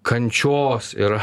kančios yra